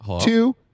two